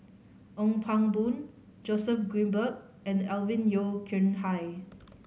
Ong Pang Boon Joseph Grimberg and Alvin Yeo Khirn Hai